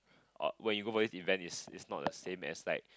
oh when you go for this event is is not the same as like